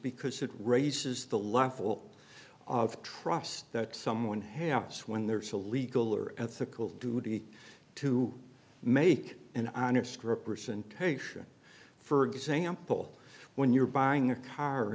because it raises the level of trust that someone has when there's a legal or ethical duty to make an honest representation for example when you're buying a car